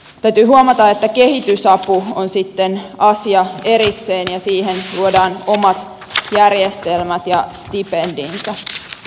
täytyy huomata että kehitysapu on sitten asia erikseen ja siihen luodaan omat järjestelmät ja stipendinsä